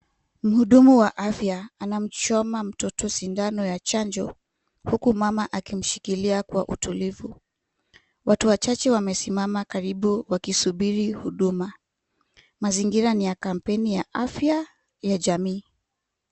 Mhudumu wa afya anamchoma mtoto sindano ya chanjo, huku mama akimshikilia kwa utulivu. Watu wachache wamesimama karibu wakisubiri huduma. Mazingira ni ya kampeni ya afya ya jamii.